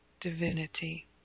Divinity